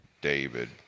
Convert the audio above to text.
David